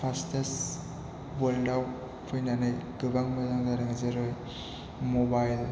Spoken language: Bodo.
फास्टेस्ट वर्ल्डआव फैनानै गोबां मोजां गाज्रि जेरै मबाइल